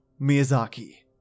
Miyazaki